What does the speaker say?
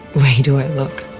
way do i look?